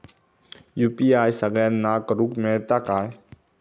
UPI सगळ्यांना करुक मेलता काय?